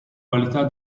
qualità